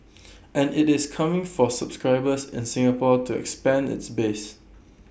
and IT is coming for subscribers in Singapore to expand its base